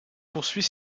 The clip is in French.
poursuit